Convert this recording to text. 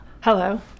Hello